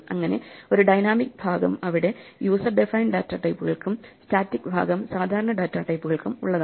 അങ്ങനെ ഒരു ഡൈനാമിക് ഭാഗം അവിടെ യൂസർ ഡിഫൈൻഡ് ഡാറ്റ ടൈപ്പുകൾക്കും സ്റ്റാറ്റിക് ഭാഗം സാധാരണ ഡേറ്റാ ടൈപ്പുകൾക്കും ഉള്ളതാണ്